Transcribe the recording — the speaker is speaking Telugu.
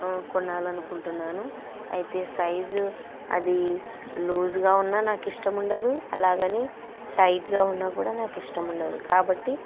కొనాలనుకుంటున్నాను అయితే సైజు అది లూజ్గా ఉన్నా నాకు ఇష్టం ఉండదు అలాగని టైట్గా ఉన్నా కూడా నాకు ఇష్టం ఉండదు కాబట్టి